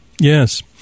Yes